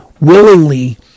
willingly